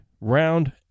round